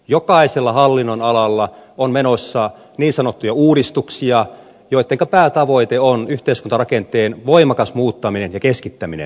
jokaisella hallinnonalalla on menossa niin sanottuja uudistuksia joittenka päätavoite on yhteiskuntarakenteen voimakas muuttaminen ja keskittäminen